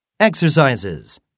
Exercises